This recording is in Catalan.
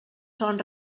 són